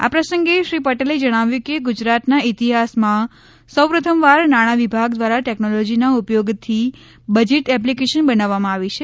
આ પ્રસંગે શ્રી પટેલે જણાવ્યું કે ગુજરાતના ઇતિહાસમાં સૌપ્રથમવાર નાણાં વિભાગ દ્વારા ટેકનોલોજીના ઉપયોગથી બજેટ એપ્લિકેશન બનાવવામાં આવી છે